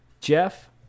Jeff